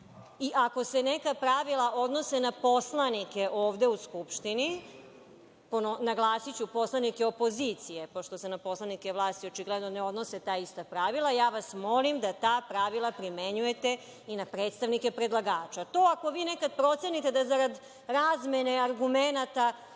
i ako se neka pravila odnose na poslanike ovde u Skupštini, naglasiću, poslanike opozicije, pošto se na poslanike vlasti očigledno ne odnose ta ista pravila, ja vas molim da ta pravila primenjujete i na predstavnike predlagača. Ako vi nekad procenite da zarad razmene argumenata